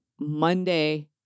Monday